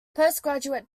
postgraduate